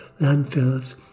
landfills